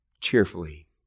cheerfully